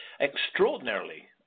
extraordinarily